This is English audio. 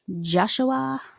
joshua